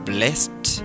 Blessed